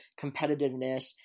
competitiveness